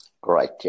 Great